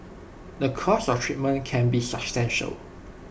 the cost of treatment can be substantial